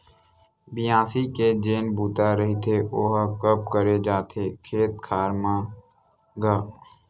बियासी के जेन बूता रहिथे ओहा कब करे जाथे खेत खार मन म गा?